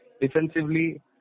defensively